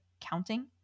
counting